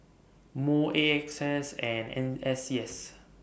Moh A X S and N S C S